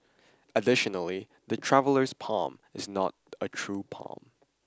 additionally the Traveller's Palm is not a true palm